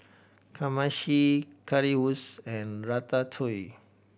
Kamameshi Currywurst and Ratatouille